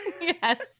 Yes